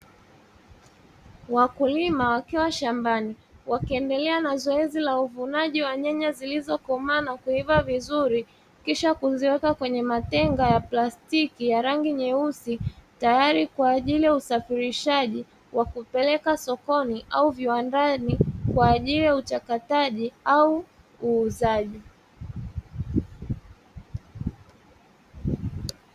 Wakulima wakiwa shambani, wakiendelea na zoezi la uvunaji wa nyanya zilizokomaa na kuiva vizuri, kisha kuziweka kwenye matenga ya plastiki ya rangi nyeusi, tayari kwa ajili ya usafirishaji wa kupeleka sokoni au viwandani kwa ajili ya uchakataji au uuzaji.